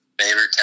Favorite